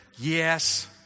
yes